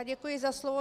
Děkuji za slovo.